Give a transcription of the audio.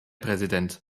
präsident